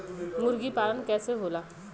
मुर्गी पालन कैसे होला?